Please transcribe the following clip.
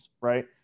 Right